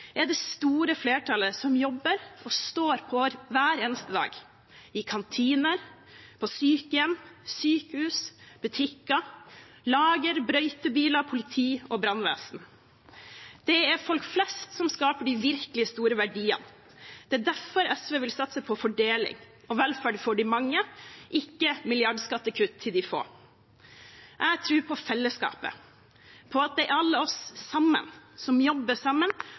er det store flertallet som jobber og står på hver eneste dag, i kantiner, sykehjem, sykehus, butikker, lager, brøytebiler, politi og brannvesen. Det er folk flest som skaper de virkelig store verdiene. Det er derfor SV vil satse på fordeling og velferd for de mange, ikke milliardskattekutt til de få. Jeg tror på fellesskapet, på at det er alle oss sammen, som jobber sammen